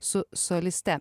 su soliste